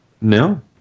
No